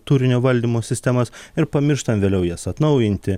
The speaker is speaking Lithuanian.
turinio valdymo sistemas ir pamirštam vėliau jas atnaujinti